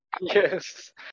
Yes